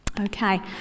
Okay